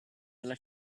della